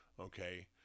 okay